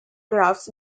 graphs